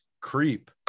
creep